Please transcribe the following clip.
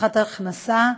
הבטחת הכנסה,